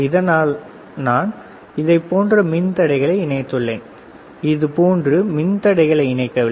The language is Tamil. அதனால்தான் நான் இதைப் போன்ற மின்தடைகளை இணைத்தேன் இது போன்ற மின்தடைகளை இணைக்கவில்லை